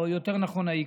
או יותר נכון האי-כשרות.